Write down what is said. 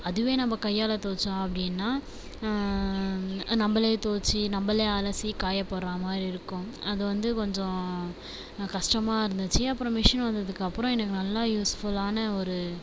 அதுவே நம்ப கையால் தொவைச்சோம் அப்படின்னா நம்பளே தொவச்சு நம்பளே அலசி காயப் போடுறா மாதிரி இருக்கும் அது வந்து கொஞ்சம் கஷ்டமாக இருந்துச்சு அப்புறம் மிஷின் வந்ததுக்கப்புறம் எனக்கு நல்லா யூஸ்ஃபுல்லான ஒரு